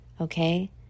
okay